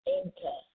enter